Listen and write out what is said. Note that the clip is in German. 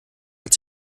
hat